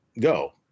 go